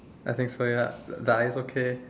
I think so ya but it's okay